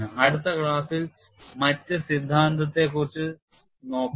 അടുത്ത ക്ലാസ്സിൽ മറ്റ് സിദ്ധാന്തത്തെക്കുറിച്ച് നോക്കാം